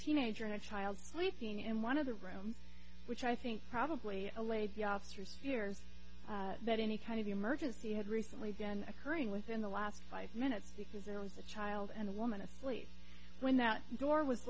teenager and a child sweeping in one of the rooms which i think probably allayed the officers fears that any kind of emergency had recently been occurring within the last five minutes because there was a child and a woman asleep when that door was